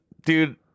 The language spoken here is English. Dude